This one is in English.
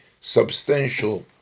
substantial